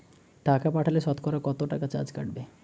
টাকা পাঠালে সতকরা কত টাকা চার্জ কাটবে?